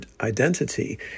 identity